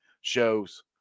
shows